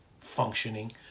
functioning